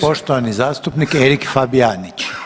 poštovani zastupnik Erik Fabijanić,